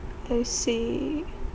I see